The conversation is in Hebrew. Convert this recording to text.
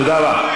תודה רבה.